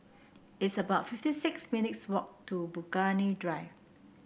it's about fifty six minutes' walk to Burgundy Drive